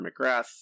McGrath